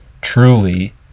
truly